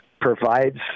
provides